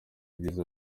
ibyiza